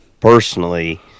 personally